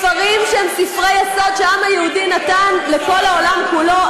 ספרים שהם ספרי יסוד שהעם היהודי נתן לכל העולם כולו?